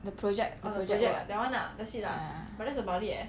the project all the report work ah ah